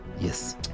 Yes